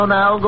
Now